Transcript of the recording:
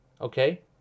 Okay